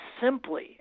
simply